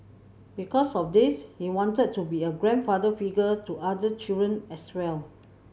because of this he wanted to be a grandfather figure to other children as well